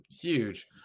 Huge